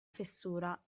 fessura